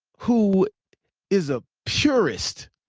who is a purist